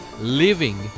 living